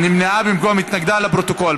נמנעה במקום התנגדה, לפרוטוקול.